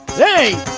hey